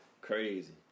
Crazy